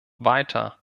weiter